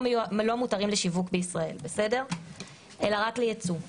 מותרים לשיווק בישראל אלא רק לייצוא.